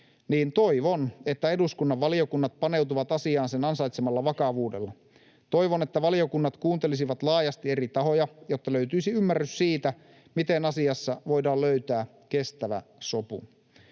toivon, että eduskunnan valiokunnat paneutuvat asiaan sen ansaitsemalla vakavuudella. Toivon, että valiokunnat kuuntelisivat laajasti eri tahoja, jotta löytyisi ymmärrys siitä, miten asiassa voidaan löytää kestävä sopu.